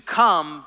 come